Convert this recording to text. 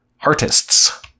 artists